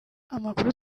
amakuru